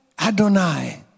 Adonai